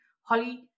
Holly